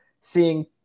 seeing